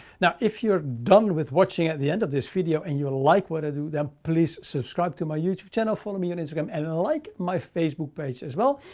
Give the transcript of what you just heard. now, if you're done with watching at the end of this video and you like what i do, then please subscribe to my youtube channel. follow me on instagram and like my facebook page as well.